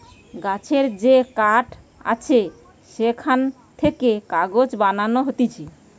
গাছের যে কাঠ আছে সেখান থেকে কাগজ বানানো হতিছে